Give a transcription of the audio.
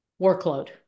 workload